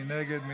מי נגד?